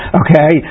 okay